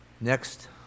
next